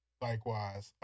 likewise